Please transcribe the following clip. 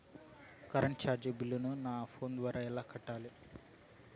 Current చార్జీల బిల్లును, నా ఫోను ద్వారా ఎలా కట్టాలి?